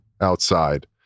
outside